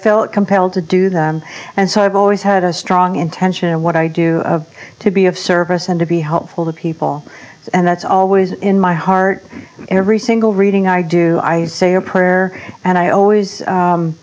felt compelled to do them and so i've always had a strong intention of what i do to be of service and to be helpful to people and that's always in my heart every single reading i do i say a prayer and i always